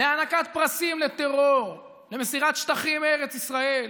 להענקת פרסים לטרור, למסירת שטחים מארץ ישראל.